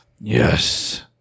Yes